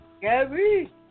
Gary